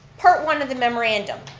part one of the memorandum,